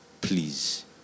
please